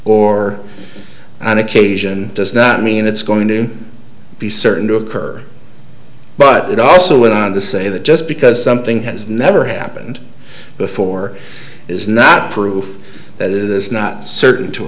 or an occasion does not mean it's going to be certain to occur but it also went on to say that just because something has never happened before is not proof that it is not certain to